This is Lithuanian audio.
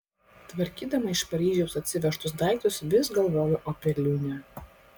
tvarkydama iš paryžiaus atsivežtus daiktus vis galvojo apie liūnę